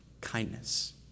kindness